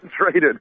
traded